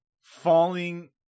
falling